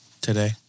today